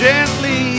Gently